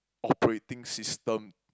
operating system